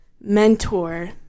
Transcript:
mentor